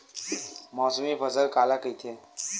मौसमी फसल काला कइथे?